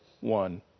one